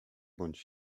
bądź